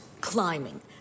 climbing